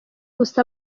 gusa